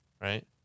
Right